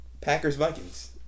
Packers-Vikings